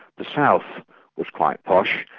the south was quite posh,